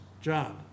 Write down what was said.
job